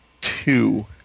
two